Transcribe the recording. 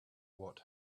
what